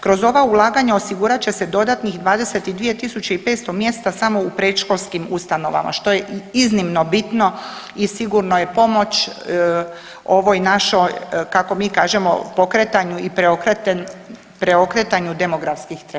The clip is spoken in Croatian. Kroz ova ulaganja osigurat će se dodatnih 22 tisuće i 500 mjesta samo u predškolskim ustanovama, što je i iznimno bitno i sigurno je pomoć ovoj našoj kako mi kažemo pokretanju i preokretanju demografskih trendova.